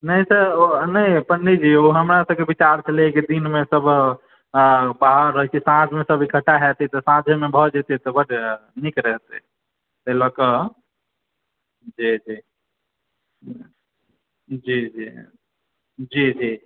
नहि तऽ पंडीजी ओ हमरासबके विचार छलए दिनमे बाहर रहै छियै साँझमे सब इक्कठा हेते तऽ साँझे मे भय जेतै तऽ बड्ड नीक रहिते एहिलके जी जी जी जी जी जी